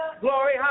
glory